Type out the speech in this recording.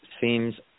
seems